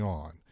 on